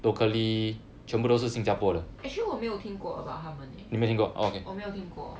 actually 我没有听过 about 他们 leh 我没有听过